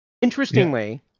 Interestingly